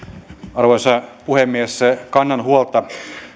arvoisa puhemies kannan huolta